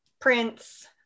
Prince